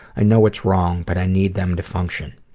i know what's wrong, but i need them to function.